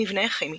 מבנה כימי